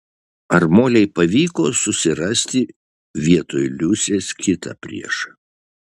ar molei pavyko susirasti vietoj liusės kitą priešą